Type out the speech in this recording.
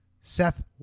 Seth